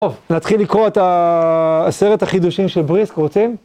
טוב, נתחיל לקרוא את עשרת החידושים של בריסק, רוצים?